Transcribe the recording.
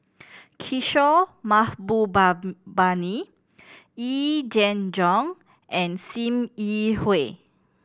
Kishore Mahbuba bani Yee Jenn Jong and Sim Yi Hui